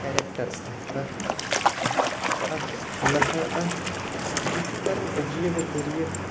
character اکھ اکھ اکھ نفر اکھ یہِ چھُ کران عجیب و غریب